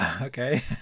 Okay